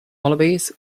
wallabies